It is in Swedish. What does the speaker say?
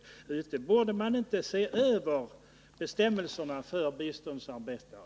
Borde man inte mot den bakgrunden se över bestämmelserna för biståndsarbetare?